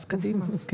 אז קדימה.